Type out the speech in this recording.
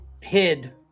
hid